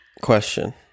question